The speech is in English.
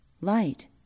light